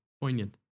Poignant